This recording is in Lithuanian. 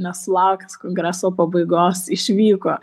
nesulaukęs kongreso pabaigos išvyko